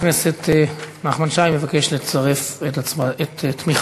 12 בעד, אין מתנגדים, אין נמנעים.